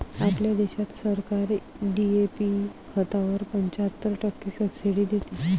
आपल्या देशात सरकार डी.ए.पी खतावर पंच्याहत्तर टक्के सब्सिडी देते